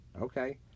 Okay